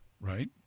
right